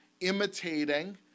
imitating